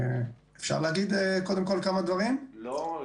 אדוני היושב-ראש,